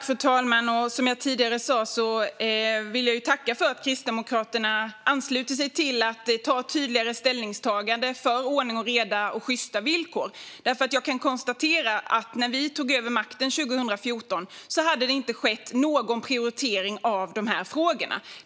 Fru talman! Som jag tidigare sa vill jag tacka för att Kristdemokraterna ansluter sig till att ta tydligare ställning för ordning och reda och sjysta villkor. Jag kan konstatera att det inte hade skett någon prioritering av de här frågorna när vi tog över makten 2014.